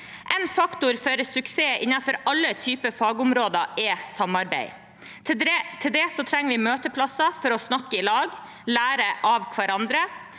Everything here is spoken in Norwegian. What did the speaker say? En faktor for suksess innenfor alle typer fagområder er samarbeid. Til det trenger vi møteplasser for å snakke i lag og lære av hverandre.